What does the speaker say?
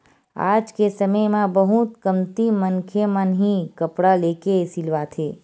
आज के समे म बहुते कमती मनखे मन ही कपड़ा लेके सिलवाथे